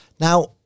Now